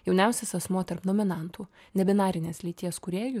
jauniausias asmuo tarp nominantų nebinarinės lyties kūrėjų